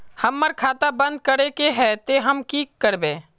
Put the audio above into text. हमर खाता बंद करे के है ते हम की करबे?